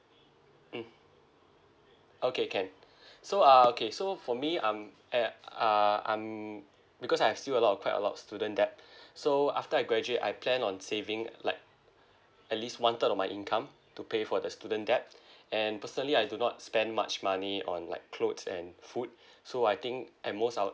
mm okay can so uh okay so for me I'm and uh uh I'm because I've still a lot of quite a lot student debt so after I graduate I plan on saving like at least one third of my income to pay for the student debt and personally I do not spend much money on like clothes and food so I think at most I'll